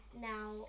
now